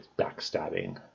backstabbing